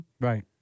right